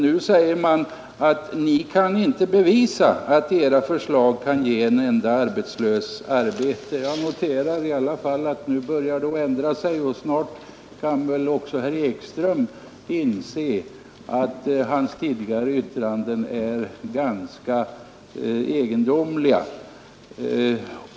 Nu säger han: Ni kan inte bevisa att era förslag kan ge en enda arbetslös arbete. Jag noterar att attityden nu i alla fall börjar ändra sig. Nu kan väl snart också herr Ekström inse att hans tidigare yttranden är ganska egendomliga.